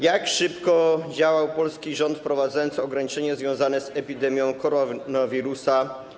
Jak szybko działał polski rząd, wprowadzając ograniczenia związane z epidemią koronawirusa?